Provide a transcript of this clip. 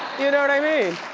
you know what i mean?